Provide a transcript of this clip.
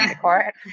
court